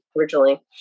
originally